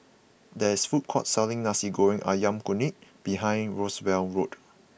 there is a food court selling Nasi Goreng Ayam Kunyit behind Roosevelt Road